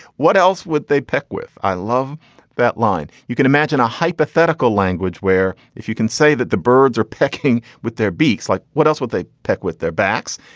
what else would they pick with. i love that line. you can imagine a hypothetical language where if you can say that the birds are pecking with their beaks like what else would they pick with their backs.